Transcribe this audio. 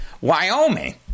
Wyoming